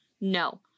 no